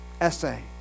essay